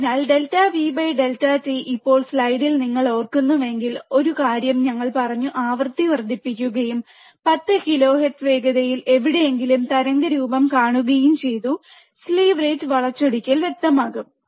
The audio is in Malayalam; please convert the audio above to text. അതിനാൽ ∆Vt ഇപ്പോൾ സ്ലൈഡിൽ നിങ്ങൾ ഓർക്കുന്നുവെങ്കിൽ ഒരു കാര്യം ഞങ്ങൾ പറഞ്ഞു ആവൃത്തി വർദ്ധിപ്പിക്കുകയും 10 കിലോ ഹെർട്സ് വേഗതയിൽ എവിടെയെങ്കിലും തരംഗരൂപം കാണുകയും ചെയ്തു സ്ലീവ്നിരക്ക് വളച്ചൊടിക്കൽ വ്യക്തമാകും